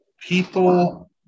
People